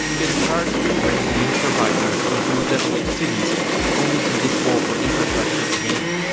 it's hard to bring new providers into developed cities only to dig over infrastructure again.